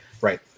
Right